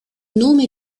nome